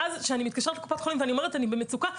ואז כשאני מתקשרת לקופת חולים ואני אומרת שאני במצוקה,